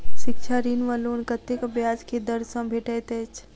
शिक्षा ऋण वा लोन कतेक ब्याज केँ दर सँ भेटैत अछि?